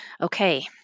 Okay